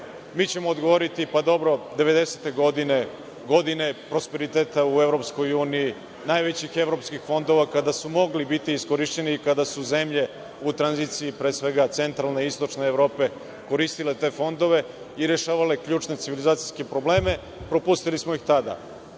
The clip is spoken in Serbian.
Mi ćemo odgovoriti – pa dobro, devedesete godine su godine prosperiteta u EU, najvećih evropskih fondova, kada su mogli biti iskorišćeni i kada su zemlje u tranziciji, pre svega centralne i istočne Evrope, koristile te fondove i rešavale ključne civilizacijske problem, propustili smo ih tada.